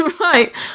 right